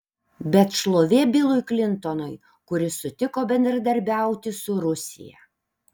bet šlovė bilui klintonui kuris sutiko bendradarbiauti su rusija